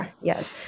Yes